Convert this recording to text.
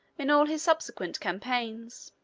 in all his subsequent campaigns.